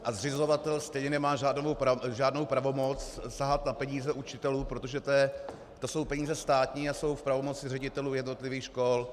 A zřizovatel stejně nemá žádnou pravomoc sahat na peníze učitelům, protože to jsou peníze státní a jsou v pravomoci ředitelů jednotlivých škol.